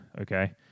okay